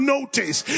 notice